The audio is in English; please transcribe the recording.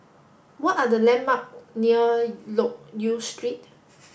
what are the landmarks near Loke Yew Street